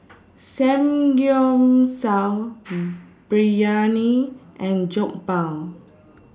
Samgyeopsal Biryani and Jokbal